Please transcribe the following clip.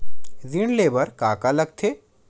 ऋण ले बर का का लगथे?